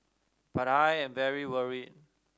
but I am very worried